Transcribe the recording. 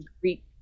Greek